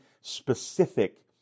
specific